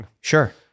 Sure